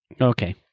Okay